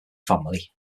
family